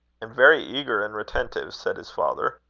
and very eager and retentive, said his father.